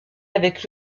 avec